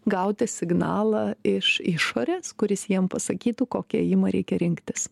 gauti signalą iš išorės kuris jiem pasakytų kokį ėjimą reikia rinktis